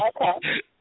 okay